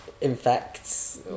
infects